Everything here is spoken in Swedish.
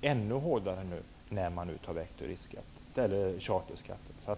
ännu hårdare vid ett borttagande av charterskatten.